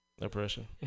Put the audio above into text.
Oppression